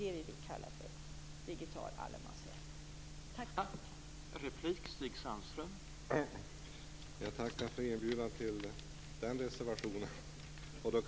Det är det vi vill kalla digital allemansrätt.